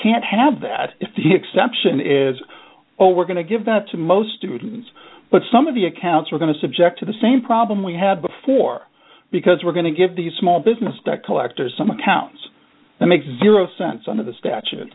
can't have that if the exception is oh we're going to give that to most students but some of the accounts are going to subject to the same problem we had before because we're going to give these small business debt collectors some accounts that make zero sense under the statute